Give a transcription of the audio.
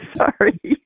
sorry